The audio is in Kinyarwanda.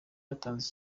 yatanze